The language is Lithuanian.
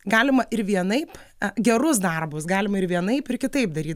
galima ir vienaip gerus darbus galima ir vienaip ir kitaip daryt